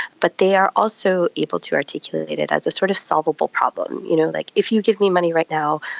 but they are also able to articulate it as a sort of solvable problem. you know like, if you give me money right now,